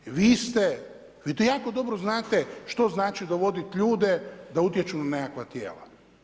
Vi ste, vi to jako dobro znate što znači dovodit ljude da utječu na nekakva tijela.